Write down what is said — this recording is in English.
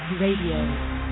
RADIO